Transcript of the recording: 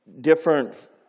different